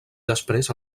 després